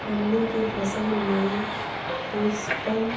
हमनी के फसल में पुष्पन